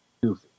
goofy